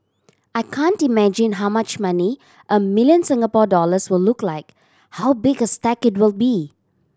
I can't imagine how much money a million Singapore dollars will look like how big a stack it will be